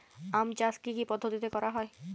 আম চাষ কি কি পদ্ধতিতে করা হয়?